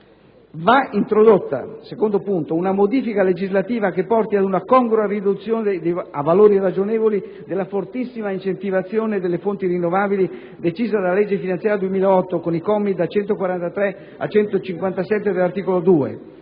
Va introdotta una modifica legislativa che porti ad una congrua riduzione a valori ragionevoli della fortissima incentivazione delle fonti rinnovabili decisa dalla legge finanziaria 2008 (con i commi da 143 a 157 dell'articolo 2),